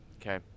Okay